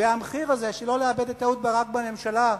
והמחיר הזה שלא לאבד את אהוד ברק בממשלה,